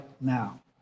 now